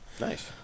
Nice